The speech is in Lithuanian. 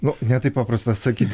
nu ne taip paprasta sakyti